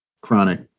chronic